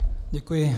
Děkuji.